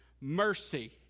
mercy